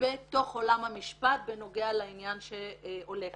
בתוך עולם המשפט בנוגע לעניין שעולה כאן.